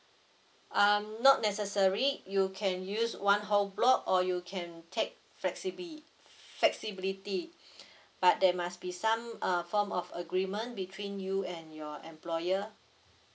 um not necessary you can use one whole block or you can tag flexibily flexibility but there must be some uh form of agreement between you and your employer